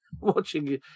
watching